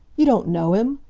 you don't know him!